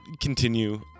continue